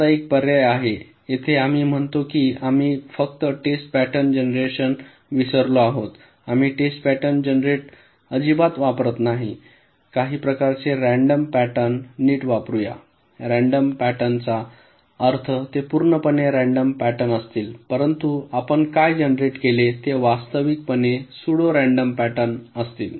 आता एक पर्याय आहे येथे आम्ही म्हणतो की आम्ही फक्त टेस्ट पॅटर्न जनरेशन विसरलो आहोत आम्ही टेस्ट पॅटर्न जनरेटर अजिबात वापरत नाही काही प्रकारचे रँडम पॅटर्न नीट वापरुया रँडम पॅटर्न चा अर्थ ते पूर्णपणे रँडम पॅटर्न असतील परंतु आपण काय जनरेट केले ते वास्तविकपणे स्यूडो रँडम पॅटर्न आहेत